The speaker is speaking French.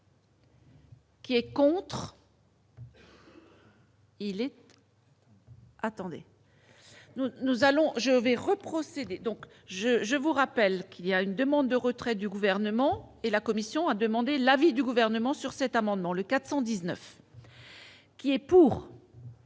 Qui est contre.